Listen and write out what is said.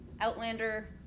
Outlander